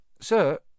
Sir